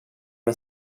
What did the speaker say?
and